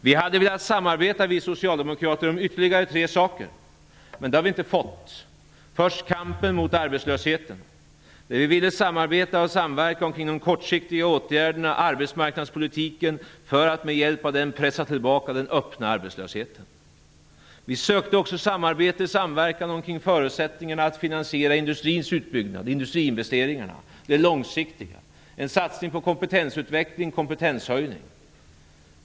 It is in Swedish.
Vi socialdemokrater hade velat samarbeta om ytterligare tre saker, men det har vi inte fått. I kampen mot arbetslösheten ville vi samarbeta och samverka omkring de kortsiktiga åtgärderna för att med hjälp av arbetsmarknadspolitiken pressa tillbaka den öppna arbetslösheten. Vi sökte också samarbete och samverkan omkring föresättningen att finansiera industrins utbyggnad, de långsiktiga industriinvesteringarna, och en satsning på kompetensutveckling, kompetenshöjning.